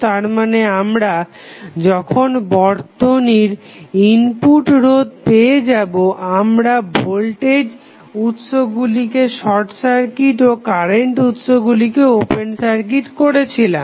তারমানে আমরা যখন বর্তনীর ইনপুট রোধ পেয়ে যাবো আমরা ভোল্টেজ উৎসগুলিকে শর্ট সার্কিট ও কারেন্ট উৎসগুলিকে ওপেন সার্কিট করেছিলাম